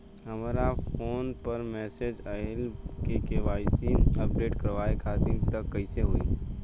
हमरा फोन पर मैसेज आइलह के.वाइ.सी अपडेट करवावे खातिर त कइसे होई?